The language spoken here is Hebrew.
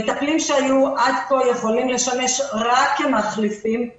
מטפלים שהיו עד כה יכולים לשמש רק כמחליפים,